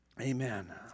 amen